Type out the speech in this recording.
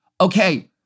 okay